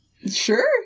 Sure